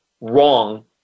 wrong